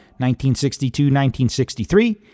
1962-1963